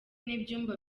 n’ibyumba